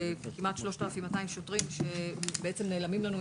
כמעט 3200 שוטרים שנעלמים לנו,